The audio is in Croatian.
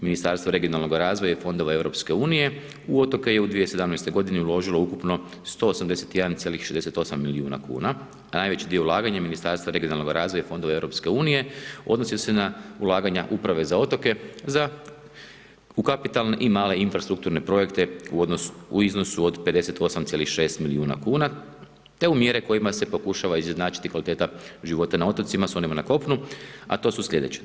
Ministarstvo regionalnog razvoja i fondova EU u otoke u 2017. godini uložilo ukupno 181,68 milijuna kuna a najveći dio ulaganja Ministarstva regionalnog razvoja i fondova EU odnosi se na ulaganja Uprave za otoke za u kapitalne i malne infrastrukturne projekte u iznosu od 58,6 milijuna kuna te u mjere kojima se pokušava izjednačiti kvaliteta života na otocima s onima na kopnu a to su sljedeće.